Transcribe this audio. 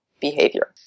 behavior